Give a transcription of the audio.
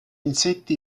insetti